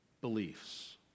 beliefs